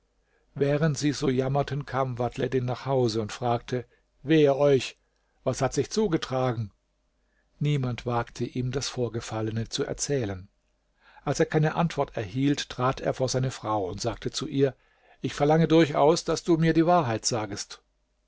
während sie so jammerten kam vadhleddin nach hause und fragte wehe euch was hat sich zugetragen niemand wagte ihm das vorgefallene zu erzählen als er keine antwort erhielt trat er vor seine frau und sagte zu ihr ich verlange durchaus daß du mir die wahrheit sagest